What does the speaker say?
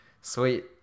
sweet